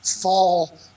fall